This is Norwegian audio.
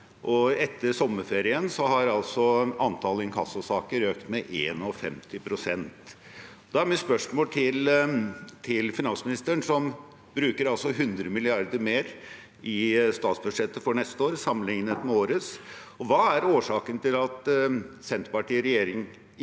Etter sommerferien har antall inkassosaker økt med 51 pst. Da er mitt spørsmål til finansministeren, som altså bruker 100 mrd. kr mer i statsbudsjettet for neste år sammenlignet med årets: Hva er årsaken til at Senterpartiet i regjering